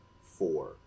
four